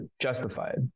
justified